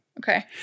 Okay